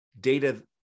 data